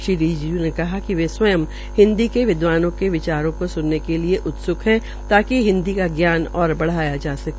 श्री रिजिज् के कहा कि वे स्वयं हिन्दी के विद्वानों के विचारों को स्नने के लिए उत्स्क है ताकि हिन्दी का ज्ञान और बढ़ाया जा सके